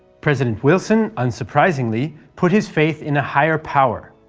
president wilson, unsurprisingly, put his faith in a higher power.